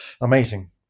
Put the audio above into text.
Amazing